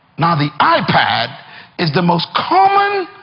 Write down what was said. now the ah ipad is the most common